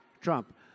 Trump